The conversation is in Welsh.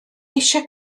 eisiau